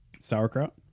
sauerkraut